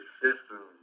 system